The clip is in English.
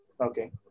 Okay